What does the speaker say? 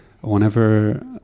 whenever